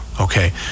okay